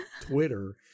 Twitter